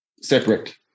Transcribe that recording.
separate